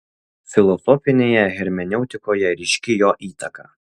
filosofinėje hermeneutikoje ryški jo įtaka